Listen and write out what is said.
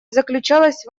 заключалась